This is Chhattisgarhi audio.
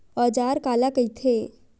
औजार काला कइथे?